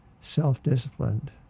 self-disciplined